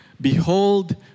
behold